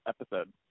episode